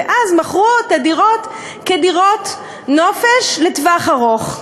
ואז מכרו את הדירות כדירות נופש לטווח ארוך,